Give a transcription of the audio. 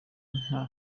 nta